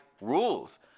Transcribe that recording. rules